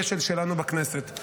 כשל שלנו בכנסת.